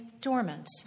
dormant